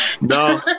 no